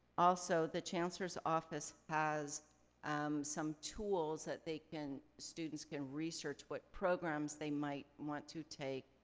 also, the chancellor's office has some tools that they can, students can research what programs they might want to take,